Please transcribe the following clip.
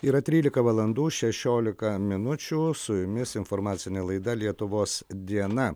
yra trylika valandų šešiolika minučių su jumis informacinė laida lietuvos diena